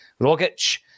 Rogic